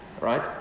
Right